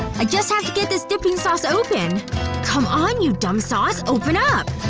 i just have to get this dipping sauce open come on you dumb sauce. open up